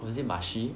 was it mushy